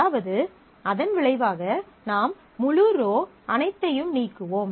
அதாவது அதன் விளைவாக நாம் முழு ரோ அனைத்தையும் நீக்குவோம்